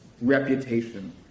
reputation